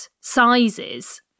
sizes